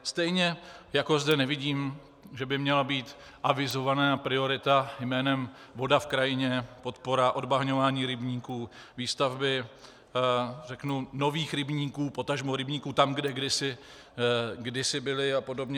Stejně jako zde nevidím, že by měla být avizovaná priorita jménem voda v krajině, podpora odbahňování rybníků, výstavby nových rybníků, potažmo rybníků tam, kde kdysi byly, apod.